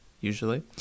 usually